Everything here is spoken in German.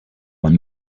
man